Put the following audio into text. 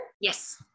Yes